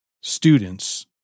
students